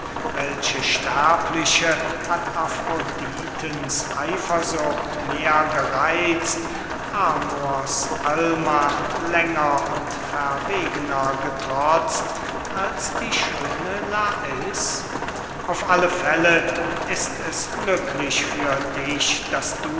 welche sterbliche hat afroditens eifersucht mehr gereitzt amors allmacht länger und verwegener getrotzt als die schöne lais auf alle fälle ist es glücklich für dich daß du